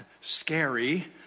scary